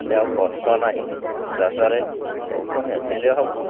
ଯା ହଉ କଷ୍ଟ ନାହିଁ ଚାଷରେ ସବୁ ତ ମେସିନ୍ରେ ହବ